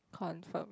confirm